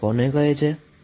તેની આપણે ચર્ચા કરી